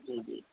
जी जी